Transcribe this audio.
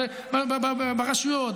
הרשויות,